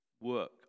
work